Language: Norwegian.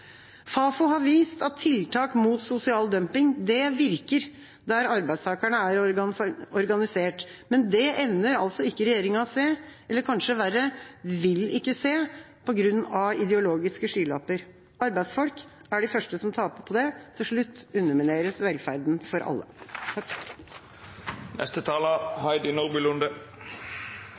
Fafo har vist at tiltak mot sosial dumping virker der arbeidstakerne er organisert. Men det evner ikke regjeringa å se, eller – kanskje verre – vil ikke se, på grunn av ideologiske skylapper. Arbeidsfolk er de første som taper på det – til slutt undermineres velferden for alle.